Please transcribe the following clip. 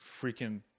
freaking